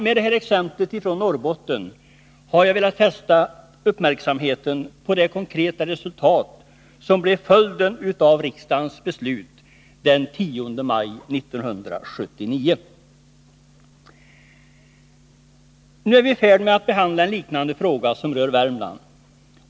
Med det här exemplet från Norrbotten har jag velat fästa uppmärksamheten på det konkreta resultat som blev följden av riksdagens beslut den 10 maj 1979. Nu är vi i färd med att behandla en liknande fråga som rör Värmland.